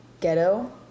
Ghetto